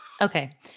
okay